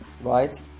right